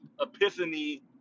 epiphany